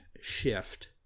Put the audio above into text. shift